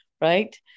Right